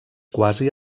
quasi